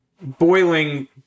Boiling